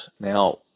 Now